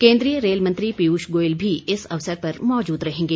केंद्रीय रेल मंत्री पीयूष गोयल भी इस अवसर पर मौजूद रहेंगे